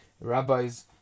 rabbis